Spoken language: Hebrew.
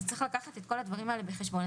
אז צריך לקחת את כל הדברים האלה בחשבון.